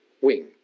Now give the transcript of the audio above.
wing